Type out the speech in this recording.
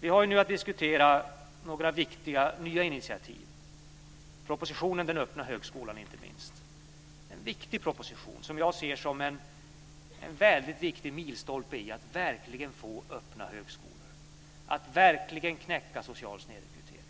Vi har nu att diskutera några nya, viktiga initiativ, inte minst propositionen Den öppna högskolan. Det är en viktig proposition som jag ser som en milstolpe när det gäller att verkligen få öppna högskolor och att verkligen knäcka den sociala snedrekryteringen.